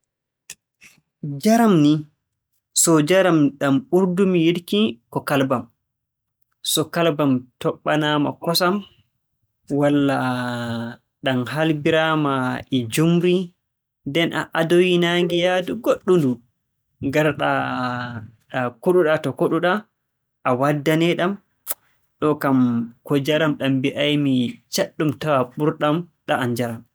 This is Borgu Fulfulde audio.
Njaram ni, so njaram ɗam ɓurdu-mi yiɗki ko kalbam. To kalbam toɓɓanaama kosam, walla ɗam halbiraama e njuumri. Nden a - a adoyii naange yahdu goɗɗundu. Ngar-ɗaa koɗu-ɗaa to koɗu-ɗaa, a waddanee-ɗam. Ɗo'o kam ko njaram ɗam mbi'ay-mi, caɗɗum tawaa ɓurɗam ɗa'am njaram.